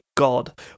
God